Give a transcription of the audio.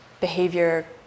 behavior